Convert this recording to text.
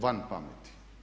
Van pameti.